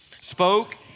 spoke